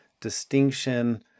distinction